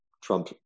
Trump